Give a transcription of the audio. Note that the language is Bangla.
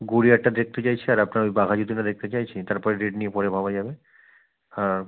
গড়িয়ারটা দেখতে চাইছি আর আপনার ওই বাঘাযতীনটা দেখতে চাইছি তার পরে রেট নিয়ে পরে ভাবা যাবে হ্যাঁ